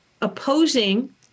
Opposing